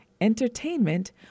entertainment